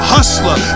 Hustler